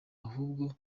ahubwo